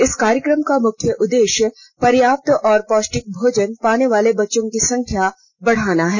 इस कार्यक्रम का मुख्य उददेश्य पर्याप्त और पोष्टिक भोजन पाने वाले बच्चों की संख्या बढ़ाना है